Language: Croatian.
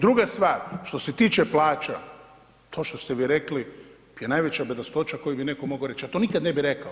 Druga stvar, što se tiče plaća, to što ste vi rekli je najveća bedastoća koju bi neko mogao reći, ja to nikada ne bih rekao.